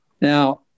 Now